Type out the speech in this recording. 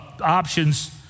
options